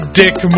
dick